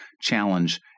challenge